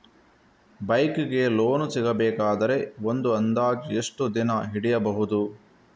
Bike ಗೆ loan ಸಿಗಬೇಕಾದರೆ ಒಂದು ಅಂದಾಜು ಎಷ್ಟು ದಿನ ಹಿಡಿಯಬಹುದು?